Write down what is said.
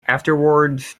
afterwards